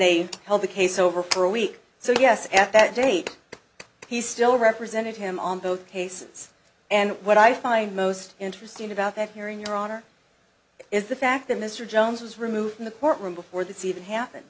they held the case over for a week so yes after that date he still represented him on both cases and what i find most interesting about that hearing your honor is the fact that mr jones was removed from the courtroom before this even happen